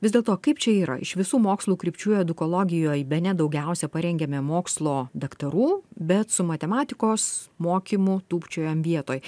vis dėlto kaip čia yra iš visų mokslų krypčių edukologijoj bene daugiausia parengėme mokslo daktarų bet su matematikos mokymu tūpčiojam vietoj